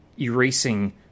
erasing